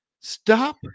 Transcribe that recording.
Stop